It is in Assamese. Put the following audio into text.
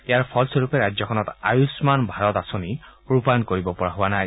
ইয়াৰ ফলস্বৰূপে ৰাজ্যখনত আয়ুমান ভাৰত আঁচনি ৰূপায়ণ কৰিব পৰা নাই